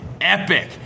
epic